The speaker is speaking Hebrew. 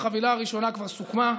החבילה הראשונה כבר סוכמה,